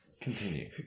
Continue